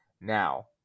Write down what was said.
Now